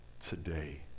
today